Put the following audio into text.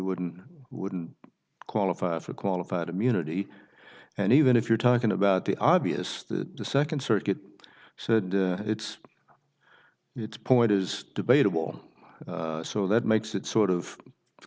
wouldn't wouldn't qualify for qualified immunity and even if you're talking about the obvious that the second circuit said it's its point is debatable so that makes it sort of